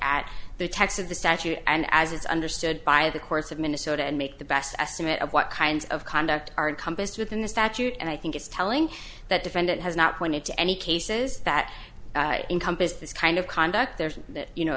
at the text of the statute and as it's understood by the courts of minnesota and make the best estimate of what kinds of conduct are compassed within the statute and i think it's telling that defendant has not pointed to any cases that encompassed this kind of conduct there you know